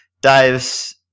dives